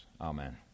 Amen